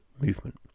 movement